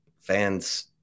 fans